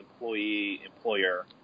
employee-employer